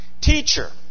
Teacher